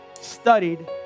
studied